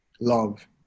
Love